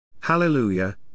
Hallelujah